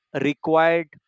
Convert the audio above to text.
required